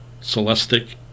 Celestic